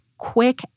Quick